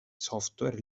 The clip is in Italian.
software